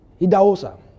Idaosa